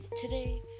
today